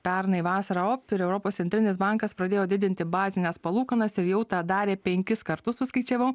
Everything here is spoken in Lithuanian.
pernai vasarą op ir europos centrinis bankas pradėjo didinti bazines palūkanas ir jau tą darė penkis kartus suskaičiavau